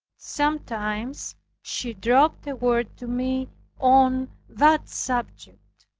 sometimes she dropped a word to me on that subject.